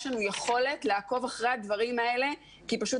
יש לנו יכולת לעקוב אחרי הדברים האלה כי פשוט